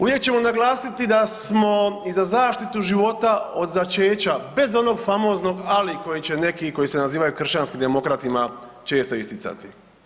Uvijek ćemo naglasiti da smo i za zaštitu život od začeća bez onog famoznog ali koji će neki koji se nazivaju kršćanskim demokratima često isticati.